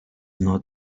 not